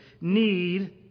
need